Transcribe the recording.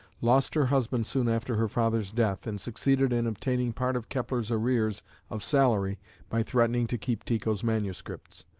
lost her husband soon after her father's death, and succeeded in obtaining part of kepler's arrears of salary by threatening to keep tycho's manuscripts,